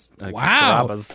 Wow